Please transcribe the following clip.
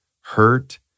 hurt